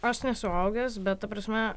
aš nesuaugęs bet ta prasme